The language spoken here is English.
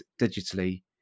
digitally